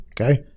okay